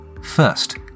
First